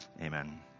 Amen